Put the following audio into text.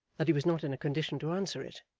that he was not in a condition to answer it.